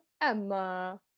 emma